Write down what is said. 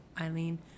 Eileen